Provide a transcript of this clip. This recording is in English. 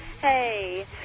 Hey